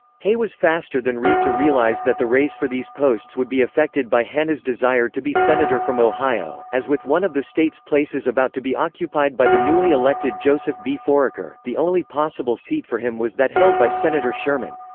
hay was faster than reid to realize that the race for these posts would be affected by hanna's desire to be senator from ohio, as with one of the state's places about to be occupied by the newly elected joseph b. foraker, the only possible seat for him was that held by senator sherman.